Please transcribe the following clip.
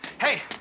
Hey